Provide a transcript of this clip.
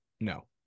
No